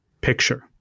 picture